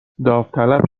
داوطلب